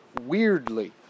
weirdly